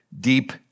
deep